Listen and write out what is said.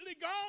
gone